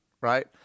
right